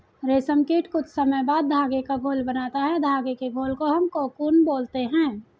रेशम कीट कुछ समय बाद धागे का घोल बनाता है धागे के घोल को हम कोकून बोलते हैं